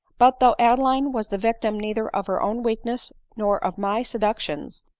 but though adeline was the victim neither of her own weakness nor of my seductions,